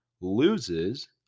loses